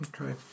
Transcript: Okay